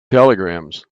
telegrams